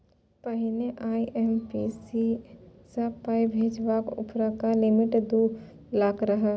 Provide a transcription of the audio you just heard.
पहिने आइ.एम.पी.एस सँ पाइ भेजबाक उपरका लिमिट दु लाख रहय